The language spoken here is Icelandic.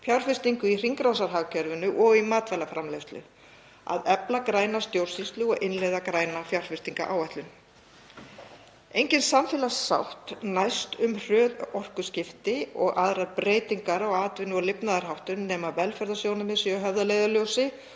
fjárfestingu í hringrásarhagkerfinu og í matvælaframleiðslu, að efla græna stjórnsýslu og innleiða græna fjárfestingaráætlun. Engin samfélagssátt næst um hröð orkuskipti og aðrar breytingar á atvinnu- og lifnaðarháttum nema velferðarsjónarmið séu höfð að leiðarljósi